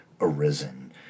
arisen